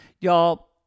Y'all